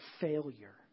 failure